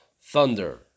thunder